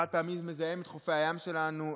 החד-פעמי מזהם את חופי הים שלנו,